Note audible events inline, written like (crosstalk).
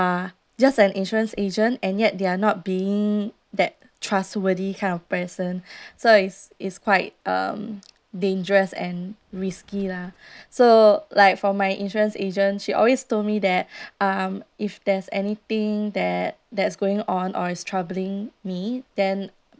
just an insurance agent and yet they are not being that trustworthy kind of person so is is quite um dangerous and risky lah so like for my insurance agent she always told me that (breath) um if there's anything that that's going on or is troubling me then